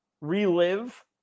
relive